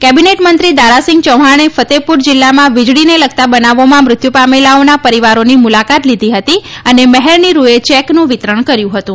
cabinet મંત્રી દારાસિંઘ ચૌહાણે ફતેહપુર જિલ્લામાં વીજળીને લગતા બનાવોમાં મૃત્યુ પામેલાઓના પરિવારોની મુલાકાત લીધી હતી અને મહેરની રૂએ ચેકનું વિતરણ કર્યું હતું